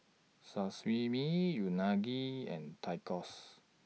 Sashimi Unagi and Tacos